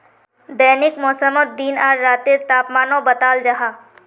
दैनिक मौसमोत दिन आर रातेर तापमानो बताल जाहा